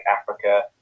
Africa